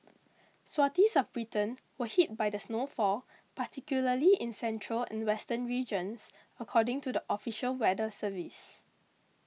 swathes of Britain were hit by the snowfall particularly in central and western regions according to the official weather service